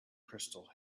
crystal